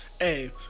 Hey